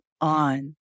on